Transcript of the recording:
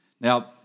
Now